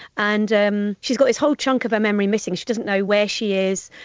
and um she's got this whole chunk of her memory missing, she doesn't know where she is,